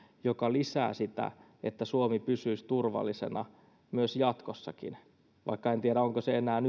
joka lisää sitä että suomi pysyisi turvallisena jatkossakin vaikka en tiedä onko se enää